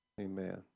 Amen